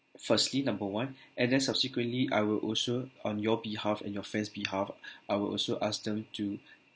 firstly number one and then subsequently I will also on your behalf and your friend's behalf I will also ask them to